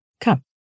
Come